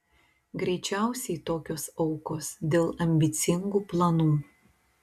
greičiausiai tokios aukos dėl ambicingų planų